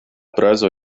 prezo